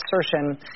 assertion